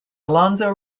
alonso